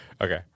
Okay